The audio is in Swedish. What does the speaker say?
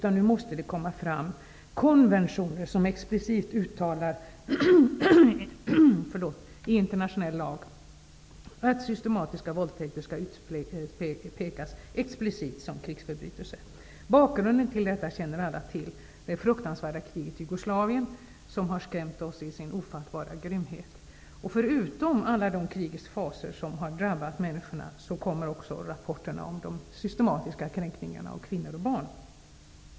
Nu måste det komma fram konventioner som uttalar i internationell lag att systematiska våldtäkter skall utpekas explicit som krigsförbrytelser. Bakgrunden till det känner alla till. Det är det fruktansvärda kriget i Jugoslavien som har skrämt oss, med sin ofattbara grymhet. Förutom alla de krigets fasor som har drabbat människorna, kommer också rapporter om de systematiska kränkningarna av kvinnor och barn.